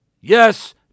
Yes